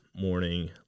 morning